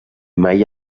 mai